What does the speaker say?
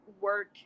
work